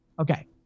Okay